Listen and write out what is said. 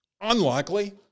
Unlikely